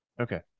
Okay